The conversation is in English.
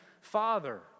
Father